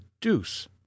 deuce